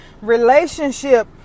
relationship